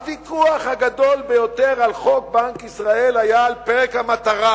הוויכוח הגדול ביותר על חוק בנק ישראל היה על פרק המטרה,